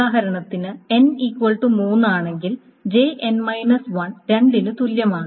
ഉദാഹരണത്തിന് n 3 ആണെങ്കിൽ Jn 1 2 ന് തുല്യമാണ്